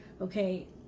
Okay